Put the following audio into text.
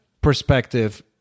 perspective